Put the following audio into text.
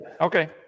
Okay